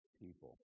people